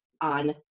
on